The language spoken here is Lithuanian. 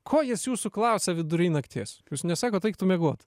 ko jis jūsų klausia vidury nakties jūs nesakot aik tu miegot